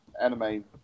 anime